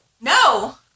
No